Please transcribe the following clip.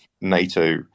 NATO